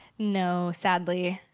no, sadly.